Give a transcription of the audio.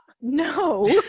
No